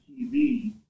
TV